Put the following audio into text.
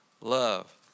love